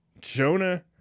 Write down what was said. Jonah